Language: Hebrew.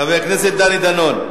חבר הכנסת דני דנון.